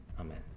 Amen